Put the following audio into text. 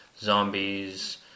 zombies